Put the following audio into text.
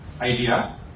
idea